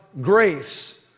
grace